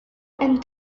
and